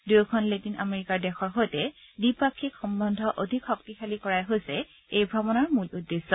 দুয়োখন লেটিন আমেৰিকাৰ দেশৰ সৈতে দ্বিপাক্ষিক সম্বন্ধ অধিক শক্তিশালী কৰাই হৈছে এই ভ্ৰমণৰ মূল উদ্দেশ্য